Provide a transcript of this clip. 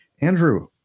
Andrew